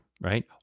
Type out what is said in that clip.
right